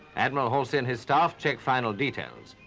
admiral halsey and his staff check final details.